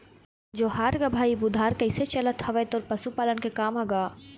जोहार गा भाई बुधार कइसे चलत हवय तोर पशुपालन के काम ह गा?